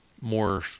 more